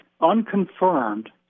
unconfirmed